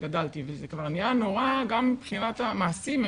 וגדלתי וזה כבר נהיה נורא גם מבחינת המעשים.